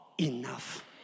enough